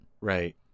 right